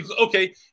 okay